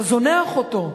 אתה זונח אותו.